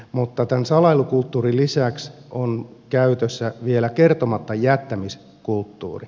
mutta tämän salailukulttuurin lisäksi on käytössä vielä kertomatta jättämisen kulttuuri